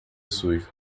sujo